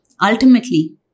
Ultimately